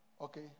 okay